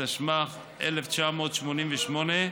התשמ"ח 1988,